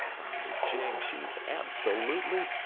by jing, she's absolutely.